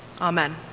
Amen